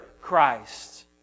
Christ